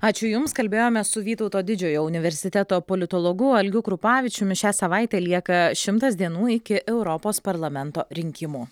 ačiū jums kalbėjome su vytauto didžiojo universiteto politologu algiu krupavičiumi šią savaitę lieka šimtas dienų iki europos parlamento rinkimų